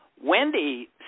Wendy